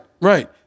Right